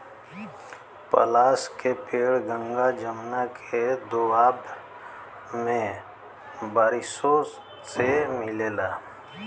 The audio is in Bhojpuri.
पलाश के पेड़ गंगा जमुना के दोआब में बारिशों से मिलला